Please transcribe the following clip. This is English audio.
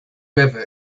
river